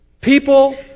people